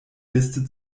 liste